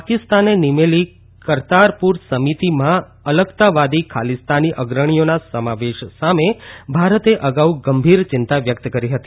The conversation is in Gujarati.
પાકિસ્તાને નિમેલી કરતાપુર સમિતિમાં અલગતાવાદી ખાલીસ્તાની અગ્રણીઓના સમાવેશ સામે ભારતે અગાઉ ગંભીર ચિંતા વ્યક્ત કરી હતી